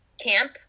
camp